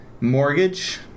Mortgage